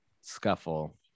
scuffle